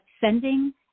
sending